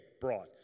brought